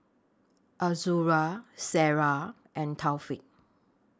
Azura Sarah and Taufik